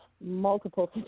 Multiple